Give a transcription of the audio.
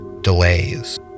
delays